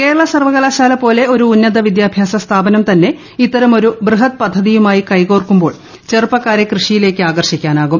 കേരള സർവകലാശാല പോലെ ഒരു ഉന്നതവിദ്യാഭ്യാസ സ്ഥാപനം തന്നെ ഇത്തരമൊരു ബൃഹദ് പദ്ധതിയുമായി കൈകോർക്കുമ്പോൾ ചെറുപ്പക്കാരെ കൃഷിയിലേക്ക് ആകർഷിക്കാനാകും